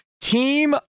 Team